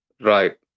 Right